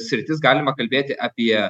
sritis galima kalbėti apie